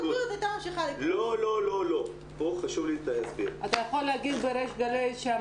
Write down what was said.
אתה יכול להגיד בריש גלי,